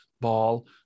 ball